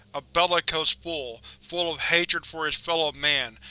a bellicose fool, full of hatred for his fellow man,